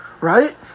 right